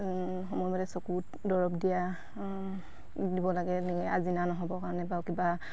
সময়মতে চকুত দৰৱ দিয়া দিব লাগে এনেকে আজিনা নহ'বৰ কাৰণে কিবা